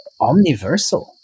omniversal